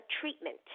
treatment